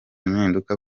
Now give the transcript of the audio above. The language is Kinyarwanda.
impinduka